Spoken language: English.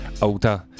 auta